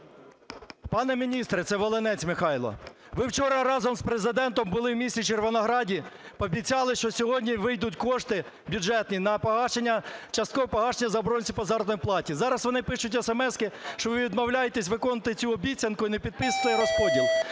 Пане міністре, це Волинець Михайло. Ви вчора разом з Президентом були у місті Червонограді, пообіцяли, що сьогодні вийдуть кошти бюджетні на часткове погашення заборгованості по заробітній платі. Зараз вони пишуть есемески, що ви відмовляєтесь виконувати цю обіцянку і не підписуєте розподіл.